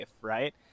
right